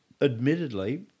admittedly